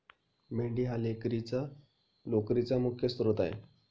मेंढी हा लोकरीचा मुख्य स्त्रोत आहे